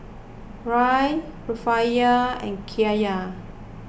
Riel Rufiyaa and Kyat